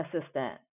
assistant